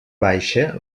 baixa